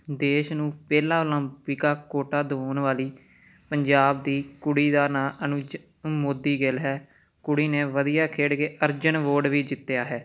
ਦੇਸ਼ ਨੂੰ ਪਹਿਲਾ ਓਲੰਪਿਕਾ ਕੋਟਾ ਦਿਵਾਉਣ ਵਾਲੀ ਪੰਜਾਬ ਦੀ ਕੁੜੀ ਦਾ ਨਾਂ ਅਨੁਚਿਤ ਮੋਦੀ ਗਿੱਲ ਹੈ ਕੁੜੀ ਨੇ ਵਧੀਆ ਖੇਡ ਕੇ ਅਰਜਨ ਅਵਾਰਡ ਵੀ ਜਿੱਤਿਆ ਹੈ